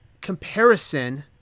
comparison